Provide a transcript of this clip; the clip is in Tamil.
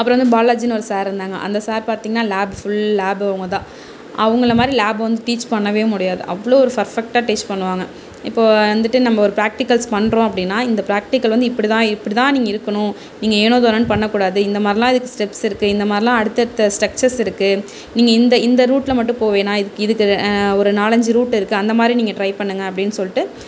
அப்றம் வந்து பாலாஜின்னு ஒரு சார் இருந்தாங்க அந்த சார் பார்த்திங்ன்னா லேப் ஃபுல் லேப் அவங்கதான் அவங்கள மாதிரி லேப் வந்து டீச் பண்ண முடியாது அவ்வளோ ஒரு பெர்ஃபெக்டாக டீச் பண்ணுவாங்க இப்போ வந்துட்டு நம்ம ஒரு பிராக்டிகல்ஸ் பண்ணுறோம் அப்படினா இந்த பிராக்டிகல் வந்து இப்படிதா இப்படிதா நீங்கள் இருக்கணும் நீங்கள் ஏனோ தானோனு பண்ண கூடாது இந்த மாதிரிலாம் இதுக்கு ஸ்டெப்ஸ் இருக்கு இந்த மாதிரிலாம் அடுத்தடுத்த ஸ்ட்ரக்ச்சர்ஸ் இருக்கு நீங்க இந்த இந்த ரூட்டில் மட்டும் போகவேணாம் இதுக்கு ஒரு நாலஞ்சு ரூட் இருக்கு அந்த மாதிரி நீங்கள் ட்ரை பண்ணுங்க அப்படின்னு சொல்லிட்டு